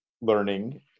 learning